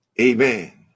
Amen